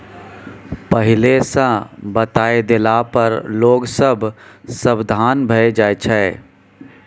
पहिले सँ बताए देला पर लोग सब सबधान भए जाइ छै